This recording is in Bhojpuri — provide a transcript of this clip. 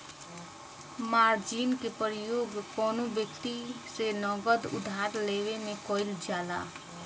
मार्जिन के प्रयोग कौनो व्यक्ति से नगद उधार लेवे में कईल जाला